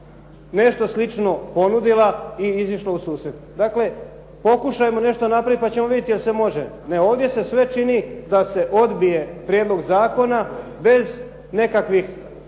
nešto slično ponudila i izišla u susret. Dakle, pokušajmo nešto napraviti, pa ćemo vidjeti jel se može. Ne ovdje se sve čini da se odbije prijedlog zakona bez nekakvih